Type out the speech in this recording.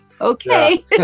Okay